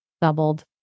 doubled